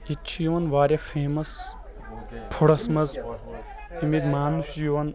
ییٚتہِ چھُ یِوان واریاہ فیمَس فُڈَس منٛز یِم ییٚتہِ مانٛنہٕ چھُ یِوان